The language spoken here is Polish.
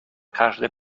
każde